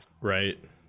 Right